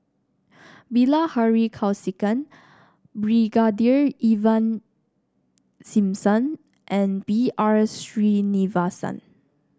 Bilahari Kausikan Brigadier Ivan Simson and B R Sreenivasan